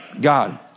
God